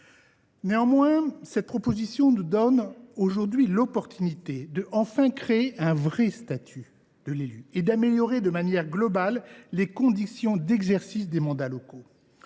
Néanmoins, cette proposition de loi nous donne aujourd’hui l’occasion de créer enfin un vrai statut de l’élu et d’améliorer de manière générale les conditions d’exercice des mandats locaux.